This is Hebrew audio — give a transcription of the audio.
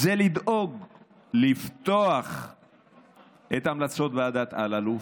זה לדאוג לפתוח את המלצות ועדת אלאלוף,